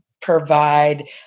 provide